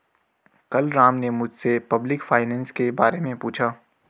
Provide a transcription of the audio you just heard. कल राम ने मुझसे पब्लिक फाइनेंस के बारे मे पूछा